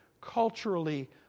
culturally